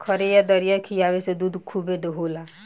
खरी आ दरिया खिआवे से दूध खूबे होला